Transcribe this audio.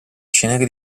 ceneri